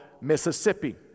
Mississippi